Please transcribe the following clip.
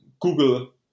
Google